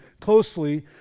closely